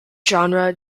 genre